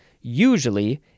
usually